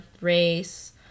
race